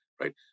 right